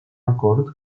acord